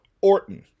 Orton